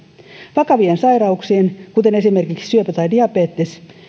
vakavien sairauksien kuten esimerkiksi syöpä tai diabetes